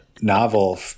novel